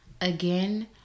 Again